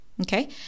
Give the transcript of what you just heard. Okay